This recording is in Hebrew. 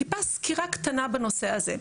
טיפה סקירה קטנה בנושא הזה.